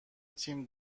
تیم